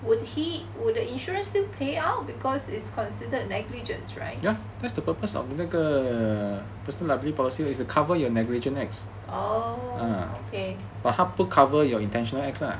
would he would the insurance still pay out because is considered negligence right orh okay